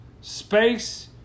space